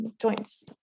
joints